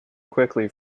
quickly